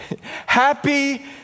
Happy